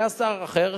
היה שר אחר,